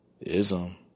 ism